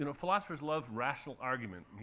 you know philosophers love rational argument.